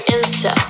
Insta